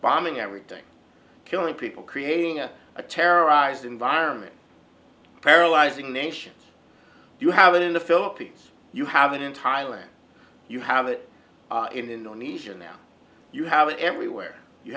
bombing every day killing people creating a terrorized environment paralyzing nations you have it in the philippines you have it in thailand you have it in indonesia now you have it everywhere you